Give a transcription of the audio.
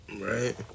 Right